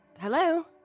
Hello